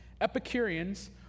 Epicureans